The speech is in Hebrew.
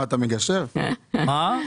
מה, אתה מגשר עכשיו?